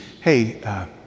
hey